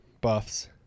buffs